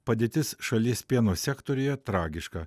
padėtis šalies pieno sektoriuje tragiška